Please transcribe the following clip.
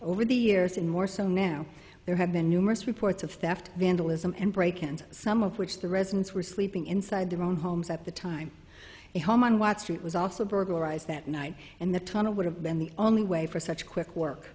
over the years and more so now there have been numerous reports of theft vandalism and break and some of which the residents were sleeping inside their own homes at the time a home on watts street was also burglarized that night and the tunnel would have been the only way for such quick work